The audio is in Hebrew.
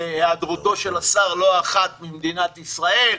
והיעדרותו של השר לא אחת ממדינת ישראל,